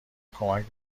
کمک